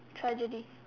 tragedy